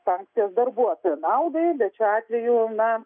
sankcijas darbuotojo naudai bet šiuo atveju na